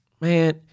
man